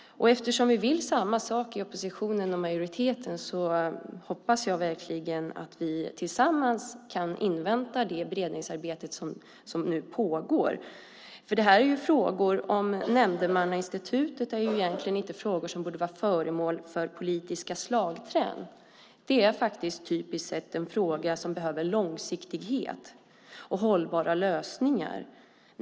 Eftersom vi vill samma sak i oppositionen och majoriteten hoppas jag verkligen att vi tillsammans kan invänta det beredningsarbete som nu pågår. Det här är frågor om nämndemannainstitutet och borde egentligen inte vara frågor som är politiska slagträn - det är en typisk fråga som behöver långsiktighet och hållbara lösningar.